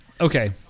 Okay